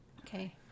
Okay